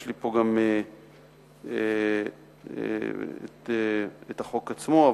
יש לי פה גם החוק עצמו,